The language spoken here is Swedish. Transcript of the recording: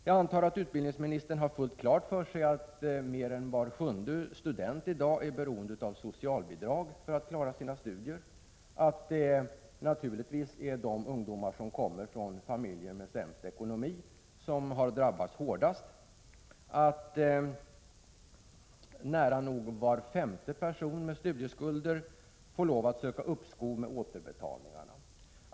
Jag antar att utbildningsministern har fullt klart för sig att mer än var sjunde student i dag är beroende av socialbidrag för att klara sina studier, att det naturligtvis är de ungdomar som kommer från familjer med den sämsta ekonomin som har drabbats hårdast och att nära nog var femte person med studieskulder tvingas söka uppskov med återbetalningarna.